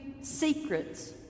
secrets